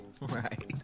Right